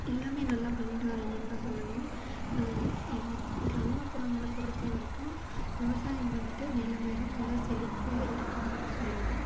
எல்லாமே நல்லா பண்ணிட்டு வராங்கன்னு தான் சொல்லலாம் நான் என் கிராமப்புறங்களை பொறுத்த வரைக்கும் விவசாயம் வந்துட்டு மேலும் மேலும் நல்ல செழிப்பாக இருக்குன்னு சொல்லலாம்